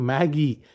Maggie